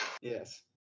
Yes